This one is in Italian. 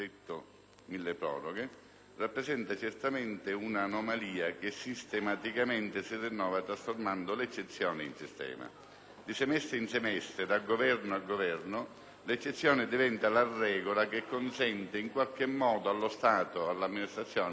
rappresenta certamente un'anomalia che sistematicamente si rinnova, trasformando l'eccezione in sistema: di semestre in semestre, da Governo a Governo, l'eccezione diventa la regola che in qualche modo consente allo Stato e all'amministrazione di tirare a campare.